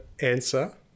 answer